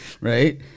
Right